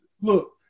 Look